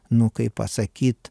nu kaip pasakyt